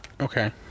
Okay